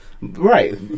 Right